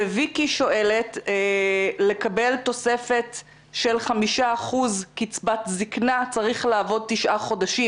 ויקי שואלת: כדי לקבל תוספת של 5% קצבת זקנה צריך לעבוד תשעה חודשים.